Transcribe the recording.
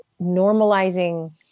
normalizing